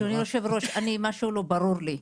אדוני היושב-ראש, משהו לא ברור לי.